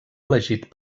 elegit